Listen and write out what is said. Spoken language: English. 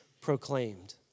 proclaimed